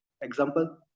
example